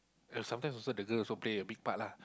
ya sometimes also the girl also play a big part lah